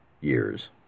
years